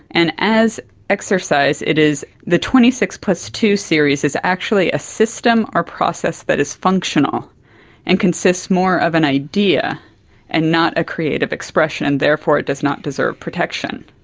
and as exercise it is, the twenty six plus two series is actually a system or process that is functional and consists more of an idea and not a creative expression, and therefore it does not deserve protection.